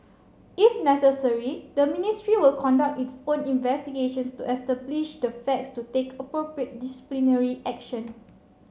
if necessary the Ministry will conduct its own investigations to establish the facts to take appropriate disciplinary action